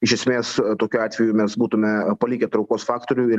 iš esmės tokiu atveju mes būtume palikę traukos faktorių ir